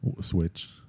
Switch